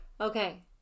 Okay